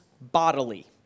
bodily